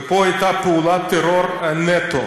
ופה הייתה פעולת טרור נטו,